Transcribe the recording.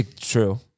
True